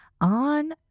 on